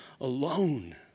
alone